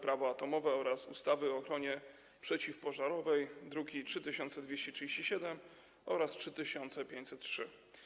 Prawo atomowe oraz ustawy o ochronie przeciwpożarowej, druki nr 3237 oraz 3503.